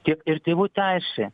tiek ir tėvų teisė